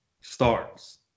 starts